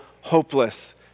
hopeless